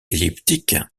elliptiques